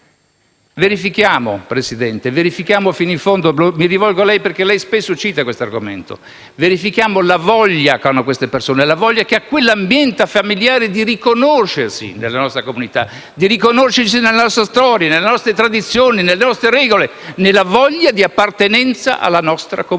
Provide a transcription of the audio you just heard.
Signor Presidente del Consiglio, mi rivolgo a lei perché cita spesso questo argomento, verifichiamo la voglia che hanno quelle persone, che ha quell'ambiente familiare di riconoscersi nella nostra comunità, nella nostra storia, nelle nostre tradizioni, nelle nostre regole, nella voglia di appartenenza alla nostra comunità